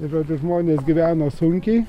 žodžiu žmonės gyveno sunkiai